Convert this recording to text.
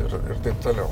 ir taip toliau